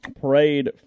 Parade